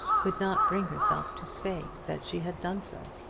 could not bring herself to say that she had done so.